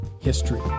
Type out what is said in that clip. history